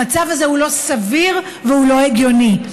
המצב הזה לא סביר ולא הגיוני.